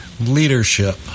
leadership